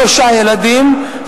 שלושה ילדים,